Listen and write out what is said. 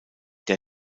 der